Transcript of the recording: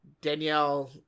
Danielle